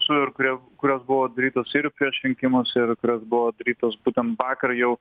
su ir kurio kurios buvo darytos ir prieš rinkimus ir kurios buvo darytos būtent vakar jau